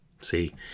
See